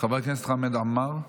חבר הכנסת חמד עמאר,